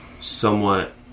somewhat